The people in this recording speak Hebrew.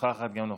נוכחת גם נוכחת.